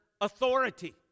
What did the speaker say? authority